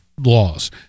laws